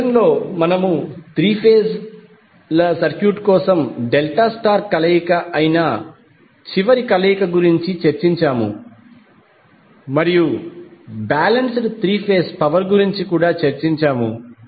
ఈ సెషన్లో మనము త్రీ ఫేజ్ ల సర్క్యూట్ కోసం డెల్టా స్టార్ కలయిక అయిన చివరి కలయిక గురించి చర్చించాము మరియు బాలెన్స్డ్ త్రీ ఫేజ్ పవర్ గురించి కూడా చర్చించాము